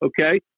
okay